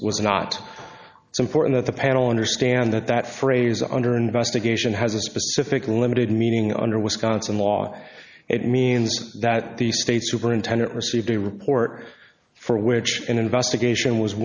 was not important at the panel understand that that phrase under investigation has a specific limited meaning under wisconsin law it means that the state superintendent received a report for which an investigation was